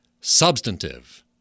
Substantive